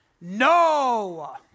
no